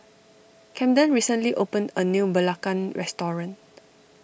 Camden recently opened a new Belacan restaurant